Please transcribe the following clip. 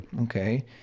Okay